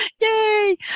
Yay